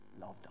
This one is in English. loved